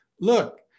Look